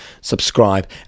subscribe